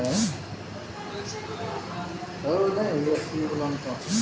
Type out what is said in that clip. केरल क अलावा तमिलनाडु, कर्नाटक, अंडमान आदि क्षेत्रो म भी रबड़ केरो उत्पादन होय छै